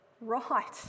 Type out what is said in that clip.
right